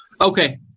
Okay